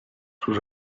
sus